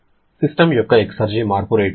system యొక్క exergy మార్పు rate ఎంత